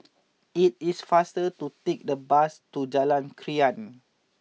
it is faster to take the bus to Jalan Krian